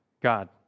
God